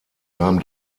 nahm